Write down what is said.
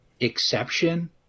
exception